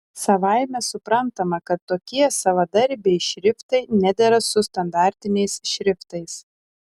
savaime suprantama kad tokie savadarbiai šriftai nedera su standartiniais šriftais